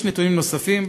יש נתונים נוספים,